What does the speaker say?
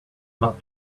not